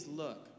look